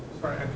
Sorry